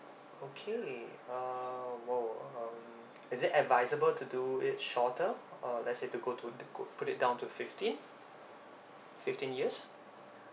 okay uh !wow! um is it advisable to do it shorter or let's say to go to the could put it down to fifteen fifteen years